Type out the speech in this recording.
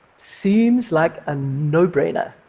seems like a no-brainer.